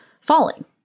falling